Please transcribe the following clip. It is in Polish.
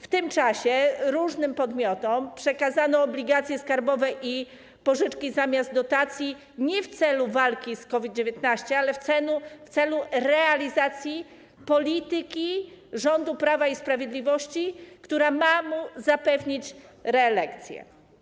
W tym czasie różnym podmiotom przekazano obligacje skarbowe i pożyczki zamiast dotacji nie w celu walki z COVID-19, ale w celu realizacji polityki rządu Prawa i Sprawiedliwości, która ma mu zapewnić reelekcję.